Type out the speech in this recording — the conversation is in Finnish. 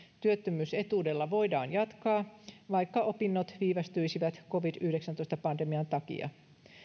työttömyysetuudella voidaan jatkaa vaikka opinnot viivästyisivät covid yhdeksäntoista pandemian takia